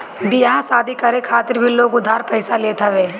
बियाह शादी करे खातिर भी लोग उधार पइचा लेत हवे